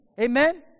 Amen